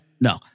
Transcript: no